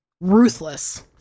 Ruthless